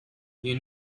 you